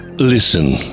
Listen